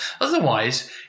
Otherwise